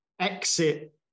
exit